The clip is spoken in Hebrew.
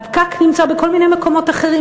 הפקק נמצא בכל מיני מקומות אחרים,